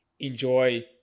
enjoy